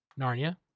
Narnia